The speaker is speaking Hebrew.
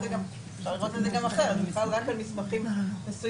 אפשר לראות את זה גם אחרת, רק מסמכים מסוימים.